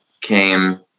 came